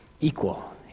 equal